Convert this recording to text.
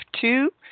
two